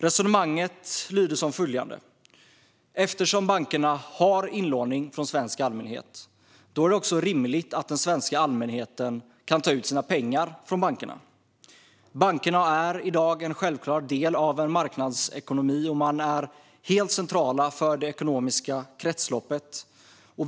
Resonemanget lyder som följande: Eftersom bankerna har inlåning från den svenska allmänheten är det också rimligt att den svenska allmänheten kan ta ut sina pengar från bankerna. Bankerna är i dag en självklar del i en marknadsekonomi och är helt centrala för det ekonomiska kretsloppet.